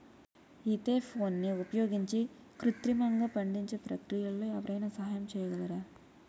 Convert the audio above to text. ఈథెఫోన్ని ఉపయోగించి కృత్రిమంగా పండించే ప్రక్రియలో ఎవరైనా సహాయం చేయగలరా?